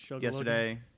yesterday